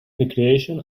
recreation